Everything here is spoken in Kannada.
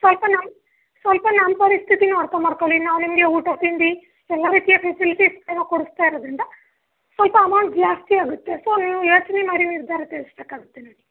ಸ್ವಲ್ಪ ನಮ್ಮ ಸ್ವಲ್ಪ ನಮ್ಮ ಪರಿಸ್ಥಿತೀನು ಅರ್ಥ ಮಾಡ್ಕೊಳ್ಳಿ ನಾವು ನಿಮಗೆ ಊಟ ತಿಂಡಿ ಎಲ್ಲ ರೀತಿಯ ಫೆಸಿಲಿಟೀಸ್ ಎಲ್ಲ ಕೊಡಿಸ್ತಾ ಇರೋದ್ರಿಂದ ಸ್ವಲ್ಪ ಅಮೌಂಟ್ ಜಾಸ್ತಿ ಆಗುತ್ತೆ ಸೊ ನೀವು ಯೋಚನೆ ಮಾಡಿ ನಿರ್ಧಾರ ತಿಳ್ಸಬೇಕಾಗತ್ತೆ ನೋಡಿ